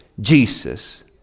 Jesus